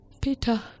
Peter